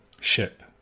ship